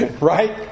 Right